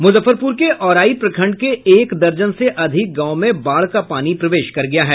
मुजफ्फरपुर के औराई प्रखंड के एक दर्जन से अधिक गांव में बाढ़ का पानी प्रवेश कर गया है